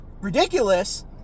ridiculous